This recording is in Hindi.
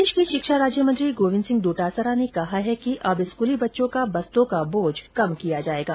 प्रदेश के शिक्षा राज्य मंत्री गोविन्द सिंह डोटासरा ने कहा है कि अब स्कूली बच्चों का बस्तो का बोझ कम किया जायेगा